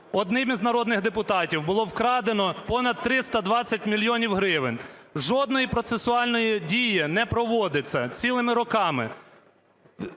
одним із народних депутатів було вкрадено понад 320 мільйонів гривень. Жодної процесуальної дії не проводиться цілими роками.